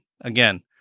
Again